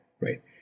right